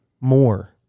more